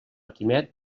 quimet